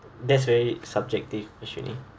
that's very subjective actually